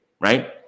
right